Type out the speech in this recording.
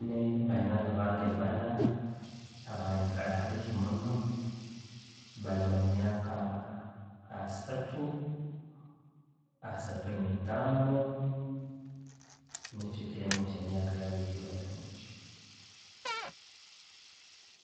Nyiine banywani bange baana abanyikara haimunno, baali be myaka asaatu, asaatu ne'etaano, nikyo ekirenge e'kye myaka yaabu kyebalimu ekyo.